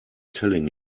telling